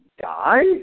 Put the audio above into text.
die